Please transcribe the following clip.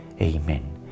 Amen